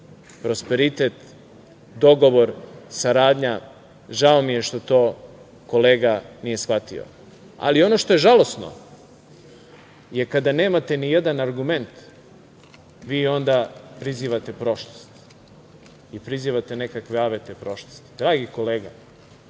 prosperitet, dogovor, saradnja. Žao mi je što to kolega nije shvatio. Ali, ono što je žalosno je kada nemate nijedan argument, vi onda prizivate prošlost i prizivate nekakve avete prošlosti. Dragi kolega,